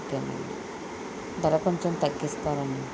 okay నండి ధర కొంచెం తగ్గిస్తారా అండి